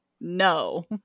No